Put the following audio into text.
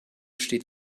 steht